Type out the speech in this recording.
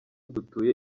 dutuye